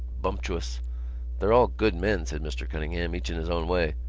bumptious they're all good men, said mr. cunningham, each in his own way.